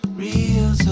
real